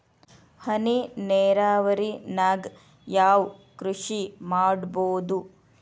ಹನಿ ನೇರಾವರಿ ನಾಗ್ ಯಾವ್ ಕೃಷಿ ಮಾಡ್ಬೋದು?